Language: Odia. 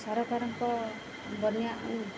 ସରକାରଙ୍କ ବନ୍ୟା